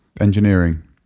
engineering